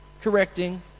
correcting